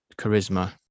charisma